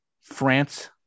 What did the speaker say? France